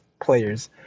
players